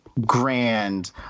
grand